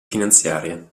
finanziarie